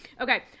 Okay